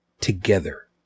together